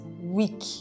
weak